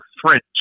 French